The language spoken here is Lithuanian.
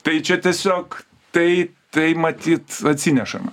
tai čia tiesiog tai tai matyt atsinešama